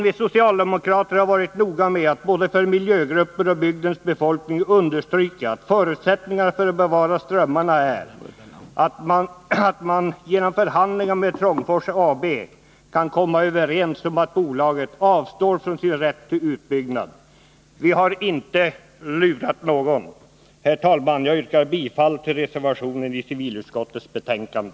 Vi socialdemokrater har varit noga med att både för miljögrupper och för bygdens befolkning understryka att förutsättningarna för att bevara strömmarna är att man genom förhandlingar med Trångfors AB kan komma överens om att bolaget avstår från sin rätt till utbyggnad. Vi har inte lurat någon. Herr talman! Jag yrkar bifall till reservationen vid civilutskottets betänkande.